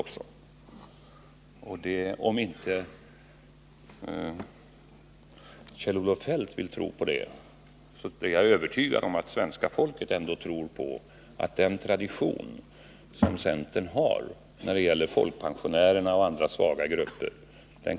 Även om inte Kjell-Olof Feldt vill tro på det är jag övertygad om att svenska folket tror på att centern kommer att se till att dess tradition upprätthålls när det gäller att värna om folkpensionärerna och andra svaga grupper.